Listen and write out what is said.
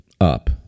up